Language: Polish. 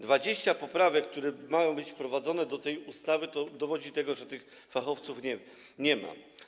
20 poprawek, które mają być wprowadzone do tej ustawy, dowodzi tego, że tych fachowców nie ma.